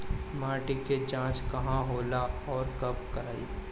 माटी क जांच कहाँ होला अउर कब कराई?